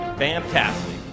fantastic